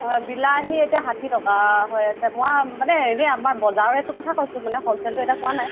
বিলাহী এতিয়া ষাঠি টকা হৈ আছে মই মানে এনেই আমাৰ বজাৰৰ ৰেটটো কথা কৈছোঁ মানে হ'লচেলটো এতিয়া কোৱা নাই